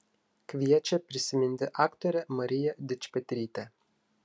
kviečia prisiminti aktorę mariją dičpetrytę